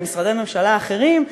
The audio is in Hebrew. ממשרדי ממשלה אחרים,